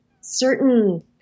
certain